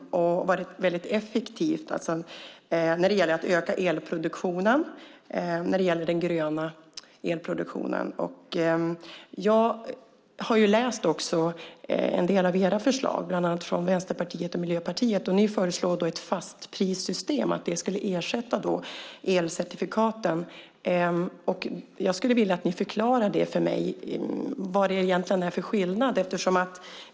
Det har varit väldigt effektivt när det gäller att öka den gröna elproduktionen. Jag har läst en del av era förslag, bland annat Vänsterpartiets och Miljöpartiets förslag. Ni föreslår ett fastprissystem som skulle ersätta elcertifikaten. Jag skulle vilja att ni förklarar för mig vad det egentligen är för skillnad.